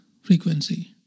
frequency